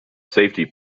safety